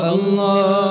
Allah